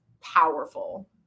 powerful